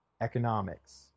economics